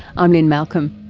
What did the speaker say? i'm lynne malcolm.